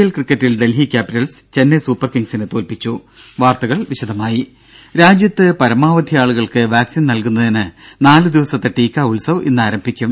L ക്രിക്കറ്റിൽ Delhi capitals Chennai super കിംഗ്സിനെ തോൽപ്പിച്ചു വാർത്തകൾ വിശദമായി രാജ്യത്ത് പരമാവധി ആളുകൾക്ക് വാക്സിൻ നൽകുന്നതിന് നാലുദിവസത്തെ ടീക്ക ഉത്സവ് ഇന്ന് ആരംഭിക്കും